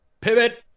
Pivot